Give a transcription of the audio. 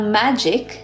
magic